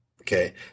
Okay